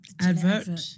Advert